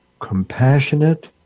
Compassionate